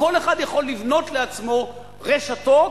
כל אחד יכול לבנות לעצמו רשתות,